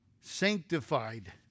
Sanctified